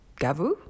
Gavu